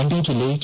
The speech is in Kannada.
ಮಂಡ್ಯ ಜಿಲ್ಲೆ ಕೆ